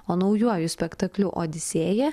o naujuoju spektakliu odisėja